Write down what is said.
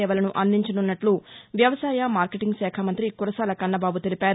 సేవలను అందించనున్నట్ల వ్యవసాయ మార్కెటింగ్ శాఖ మంతి కురసాల కన్నబాబు తెలిపారు